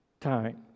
time